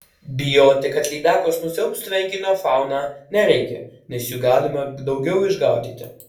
bijoti kad lydekos nusiaubs tvenkinio fauną nereikia nes jų galima daugiau išgaudyti